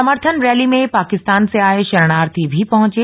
समर्थन रैली में पाकिस्तान से आये शरणार्थी भी पहुंचे